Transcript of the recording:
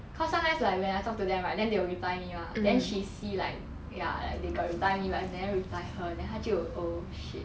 cause sometimes like when I talk to them right then they will reply me mah then she see like ya they got reply me but like never reply her then 他就 oh shit